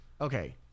Okay